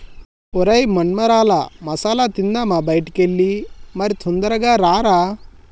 ఒరై మొన్మరాల మసాల తిందామా బయటికి ఎల్లి మరి తొందరగా రారా